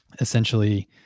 Essentially